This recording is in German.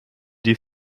die